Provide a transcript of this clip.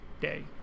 day